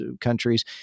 countries